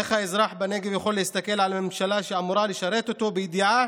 איך האזרח בנגב יכול להסתכל על הממשלה שאמורה לשרת אותו בידיעה